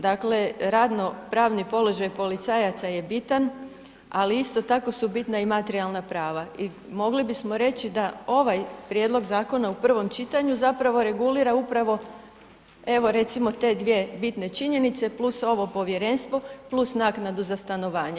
Dakle, radnopravni položaj policajaca je bitan, ali isto tako su bitna i materijalna prava i mogli bismo reći da ovaj prijedlog zakona u prvom čitanju zapravo regulira upravo, evo recimo, te dvije bitne činjenice, plus ovo povjerenstvo, plus naknadu za stanovanje.